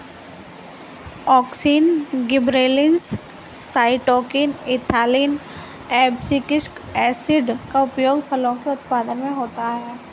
auxin, gibberellins, cytokinin, ethylene, abscisic acid का उपयोग फलों के उत्पादन में होता है